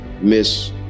miss